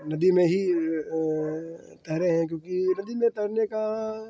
नदी में ही तैरे हैं क्योंकि नदी में तैरने का